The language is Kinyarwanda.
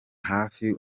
hafi